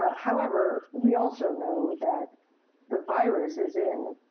however, we also know that the virus is in